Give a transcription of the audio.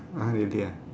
!huh! really ah